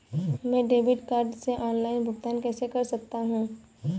मैं debit card से online भुगतान कैसे कर सकता हूँ?